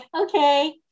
okay